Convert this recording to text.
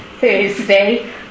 Thursday